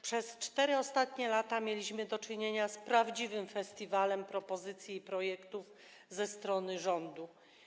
Przez ostatnie 4 lata mieliśmy do czynienia z prawdziwym festiwalem propozycji i projektów ze strony rządu.